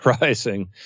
rising